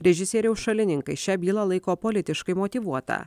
režisieriaus šalininkai šią bylą laiko politiškai motyvuota